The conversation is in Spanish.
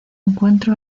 encuentro